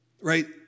Right